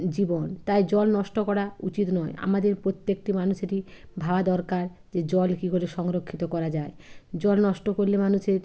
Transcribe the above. জীবন তাই জল নষ্ট করা উচিত নয় আমাদের প্রত্যেকটি মানুষেরই ভাবা দরকার যে জল কী করে সংরক্ষিত করা যায় জল নষ্ট করলে মানুষের